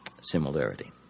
similarity